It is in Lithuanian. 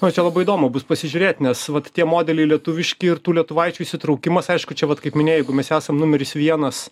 na čia labai įdomu bus pasižiūrėt nes vat tie modeliai lietuviški ir tų lietuvaičių įsitraukimas aišku čia vat kaip minėjai mes esam numeris vienas